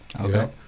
Okay